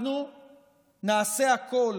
אנחנו נעשה הכול